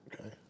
Okay